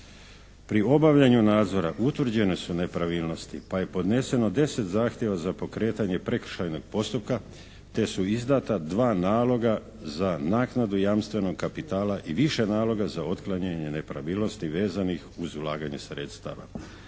Pri obavljanju nadzora utvrđene su nepravilnosti pa je podneseno 10 zahtjeva za pokretanje prekršajnog postupka te su izdata dva naloga za naknadu jamstvenog kapitala i više naloga za otklanjanje nepravilnosti vezanih uz ulaganje sredstava.